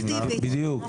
בדיוק.